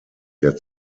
der